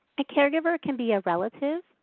a caregiver can be a relative,